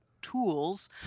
tools